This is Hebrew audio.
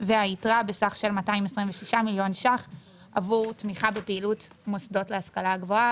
והיתרה בסך של 226 מיליון ₪ עבור תמיכה בפעילות מוסדות להשכלה גבוהה,